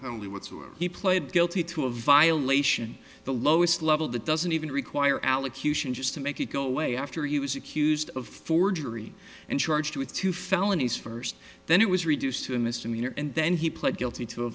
were he pled guilty to a violation the lowest level that doesn't even require allocution just to make it go away after he was accused of forgery and charged with two felonies first then it was reduced to a misdemeanor and then he pled guilty to